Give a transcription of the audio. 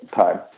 time